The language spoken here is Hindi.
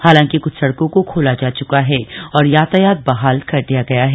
हालांकि कुछ सड़कों को खोला जा चुका है और यातायात बहाल कर दिया गया है